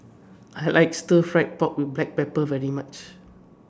I like Stir Fry Pork with Black Pepper very much